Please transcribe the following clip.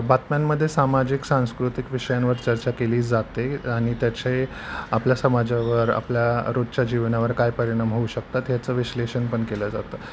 बातम्यांमध्ये सामाजिक सांस्कृतिक विषयांवर चर्चा केली जाते आणि त्याचे आपल्या समाजावर आपल्या रोजच्या जीवनावर काय परिणाम होऊ शकतात याचं विश्लेषणपण केलं जातं